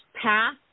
path